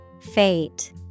Fate